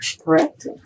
correct